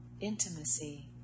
intimacy